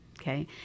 okay